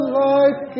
life